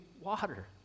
water